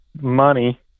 money